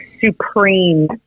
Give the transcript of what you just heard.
supreme